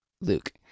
Luke